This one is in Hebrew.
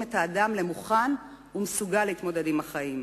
את האדם מוכן ומסוגל להתמודד עם החיים.